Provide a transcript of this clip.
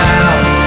out